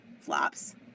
flops